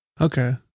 Okay